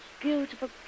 beautiful